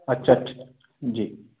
अच्छा जी